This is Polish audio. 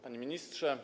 Panie Ministrze!